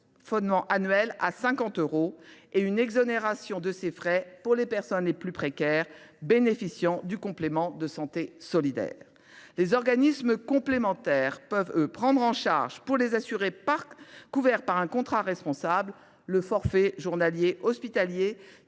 plafonnement annuel à 50 euros et une exonération de ces frais pour les personnes les plus précaires, bénéficiaires de la complémentaire santé solidaire (C2S). Les organismes complémentaires peuvent prendre en charge, pour les assurés couverts par un contrat responsable, le forfait journalier hospitalier,